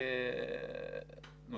זה